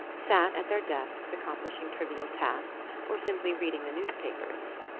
sat at their desks accomplishing trivial tasks, or simply reading the newspapers.